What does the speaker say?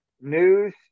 news